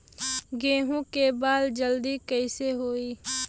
गेहूँ के बाल जल्दी कईसे होई?